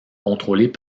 contrôlées